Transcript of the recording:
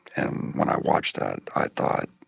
and when i watched that i thought,